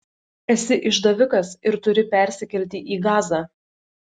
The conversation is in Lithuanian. esi išdavikas ir turi persikelti į gazą